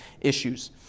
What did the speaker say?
issues